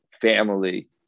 family